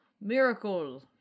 miracle